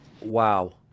Wow